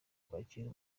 kwakira